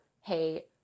hey